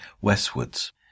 westwards